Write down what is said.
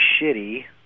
shitty